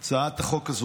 חשובה,